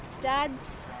dad's